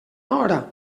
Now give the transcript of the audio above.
hora